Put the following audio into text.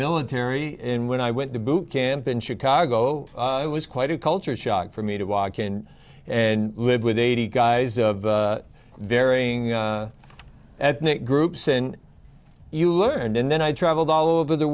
military and when i went to boot camp in chicago it was quite a culture shock for me to walk in and live with eighty guys of varying ethnic groups and you learned and then i traveled all over the